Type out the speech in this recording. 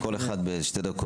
כל אחד בשתי דקות.